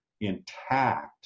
intact